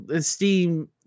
steam